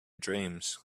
dreams